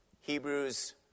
Hebrews